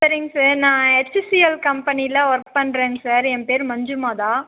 சரிங்க சார் நான் ஹெச்சிஎல் கம்பெனியில் ஒர்க் பண்ணுறேங்க சார் என் பேர் மஞ்சுமாதா